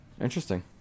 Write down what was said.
Interesting